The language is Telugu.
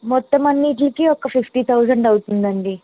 మొత్తం అన్నింటికి ఒక ఫిఫ్టీ థౌసండ్ అవుతుందండి